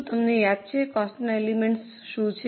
શું તમને યાદ છે કોસ્ટનાં એલિમેન્ટ્સ શું છે